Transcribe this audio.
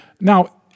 Now